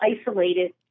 isolated